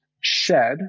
shed